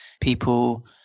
People